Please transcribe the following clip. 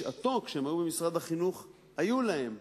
בשעתו, כשהם היו במשרד החינוך, היו להם.